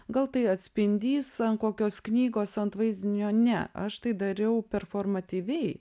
gal tai atspindys ant kokios knygos ant vaizdinio ne aš tai dariau performatyviai